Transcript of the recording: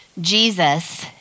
Jesus